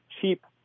cheap